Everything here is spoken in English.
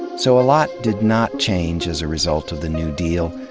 so a lot did not change as a result of the new deal,